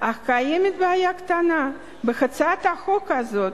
אך קיימת בעיה קטנה: בהצעת החוק הזאת,